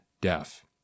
deaf